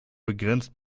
begrenzt